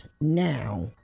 now